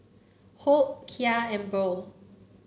Hope Kya and Burl